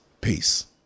Peace